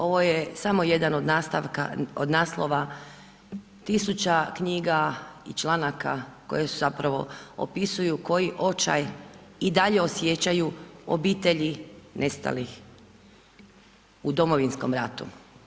Ovo je samo jedan od naslova tisuća knjiga i članaka koje su zapravo opisuju koji očaj i dalje osjećaju obitelji nestalih u Domovinskom ratu.